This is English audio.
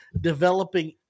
developing